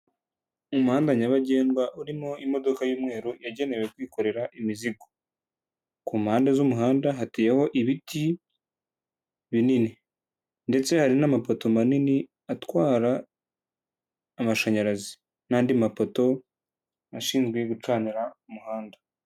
Umuhanda nyabagendwa urimo imodoka y'umweru yagenewe kwikorera imizigo, ku mpande z'umuhanda hateyeho ibiti binini ndetse hari n'amapoto manini atwara amashanyarazi n'andi mapoto ashinzwe gucanira umuhanda.